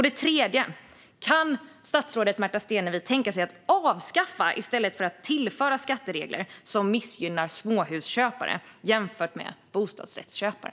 Det tredje jag undrar är om statsrådet Märta Stenevi kan tänka sig att avskaffa - i stället för att tillföra - skatteregler som missgynnar småhusköpare jämfört med bostadsrättsköpare.